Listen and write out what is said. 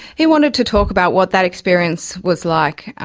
he wanted to talk about what that experience was like,